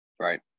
Right